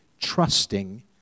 trusting